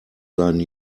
seinen